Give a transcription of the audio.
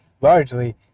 largely